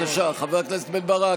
בבקשה, חבר הכנסת בן ברק.